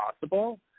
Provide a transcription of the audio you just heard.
possible